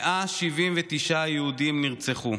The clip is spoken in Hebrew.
179 יהודים נרצחו,